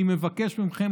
אני מבקש ממכם,